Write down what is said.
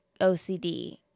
OCD